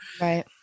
Right